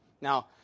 now